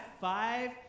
five